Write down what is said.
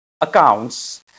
accounts